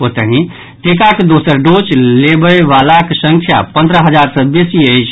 ओतहि टीकाक दोसर डोज लेबयबलाक संख्या पन्द्रह हजार सँ बेसी अछि